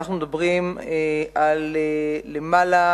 לגבי השאלה